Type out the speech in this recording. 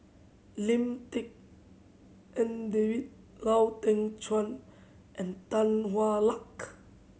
Lim Tik En David Lau Ting Chuan and Tan Hwa Luck